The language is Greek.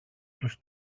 τους